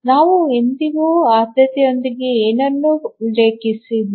ನಾವು ಎಂದಿಗೂ ಆದ್ಯತೆಯೊಂದಿಗೆ ಏನನ್ನೂ ಉಲ್ಲೇಖಿಸಿಲ್ಲ